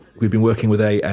we've been working with a,